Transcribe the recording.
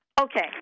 Okay